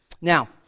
Now